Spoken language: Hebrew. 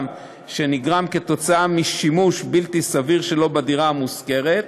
שנגרם משימוש בלתי סביר שלו בדירה המושכרת.